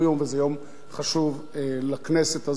וזה יום חשוב לכנסת הזאת.